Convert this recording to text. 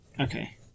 Okay